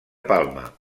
palma